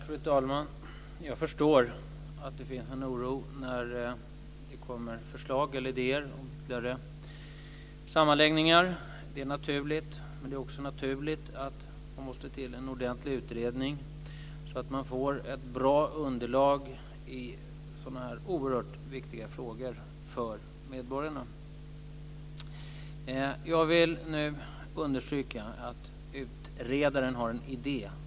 Fru talman! Jag förstår att det finns en oro när det kommer förslag eller idéer om större sammanläggningar. Det är naturligt. Det är också naturligt att det måste till en ordentlig utredning så att man får ett bra underlag i sådana här oerhört viktiga frågor för medborgarna. Jag vill understryka att utredaren har en idé.